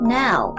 now